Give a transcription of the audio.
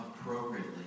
appropriately